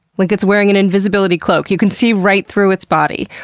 like it's wearing an invisibility cloak, you can see right through its body.